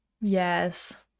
yes